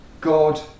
God